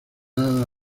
ala